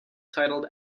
titled